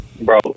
Bro